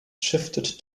shifted